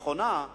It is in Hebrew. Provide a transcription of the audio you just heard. נכונה,